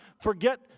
forget